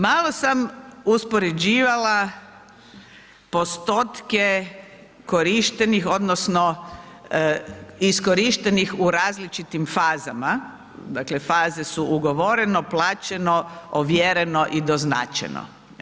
Malo sam uspoređivala postotke korištenih iskorištenih u različitim fazama, dakle, faze su ugovoreno, plaćeno, ovjereno i doznačeno.